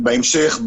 בהמשך,